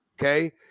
okay